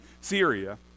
Syria